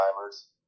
timers